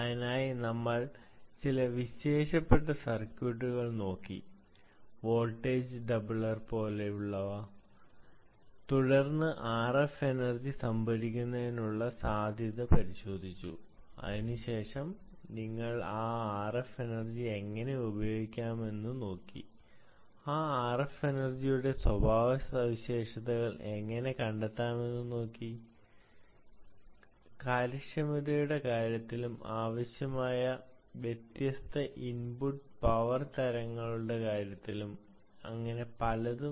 അതിനായി നമ്മൾ ചില വിശേഷപ്പെട്ട സർക്യൂട്ടുകൾ നോക്കി വോൾട്ടേജ് ഡബ്ലർ പോലെ തുടർന്ന് RF എനർജി സംഭരിക്കുന്നതിനുള്ള സാധ്യത പരിശോധിച്ചു അതിനു ശേഷം നിങ്ങൾക്ക് ആ RF എനർജി എങ്ങനെ ഉപയോഗിക്കാമെന്ന് നോക്കി ആ RF എനർജി യുടെ സ്വഭാവ സവിശേഷതകൾ എങ്ങനെ കണ്ടെത്താമെന്നും നോക്കി കാര്യക്ഷമതയുടെ കാര്യത്തിലും ആവശ്യമുള്ള വ്യത്യസ്ത ഇന്പുട് പവർ തരങ്ങളുടെ കാര്യത്തിലും അങ്ങനെ പലതും